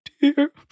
dear